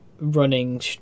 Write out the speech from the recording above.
Running